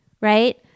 Right